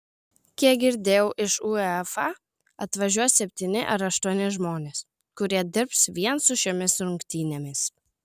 kiek girdėjau iš uefa atvažiuos septyni ar aštuoni žmonės kurie dirbs vien su šiomis rungtynėmis